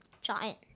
giant